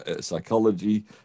psychology